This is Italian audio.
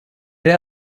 una